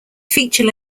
feature